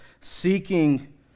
seeking